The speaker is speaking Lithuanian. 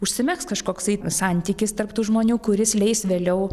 užsimegs kažkoksai santykis tarp tų žmonių kuris leis vėliau